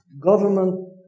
government